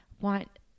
want